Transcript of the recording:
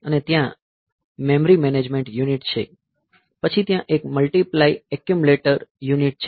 અને ત્યાં memory management unit છે પછી ત્યાં એક મલ્ટીપ્લાય એકમ્યુલેટ યુનિટ છે